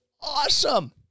awesome